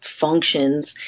functions